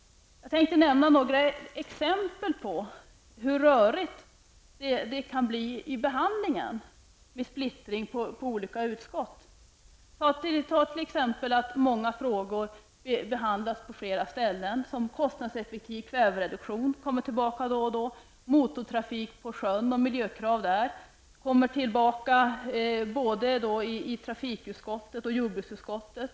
Jag tänker ge några exempel på hur rörigt det kan bli i behandlingen genom splittringen på olika utskott. Många frågor behandlas på flera ställen. Frågan om kostnadseffektiv kvävereduktion kommer tillbaka då och då. Miljökraven i samband med motortrafiken till sjöss kommer tillbaka både i trafikutskottet och i jordbruksutskottet.